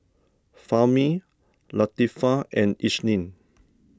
Fahmi Latifa and Isnin